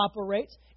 operates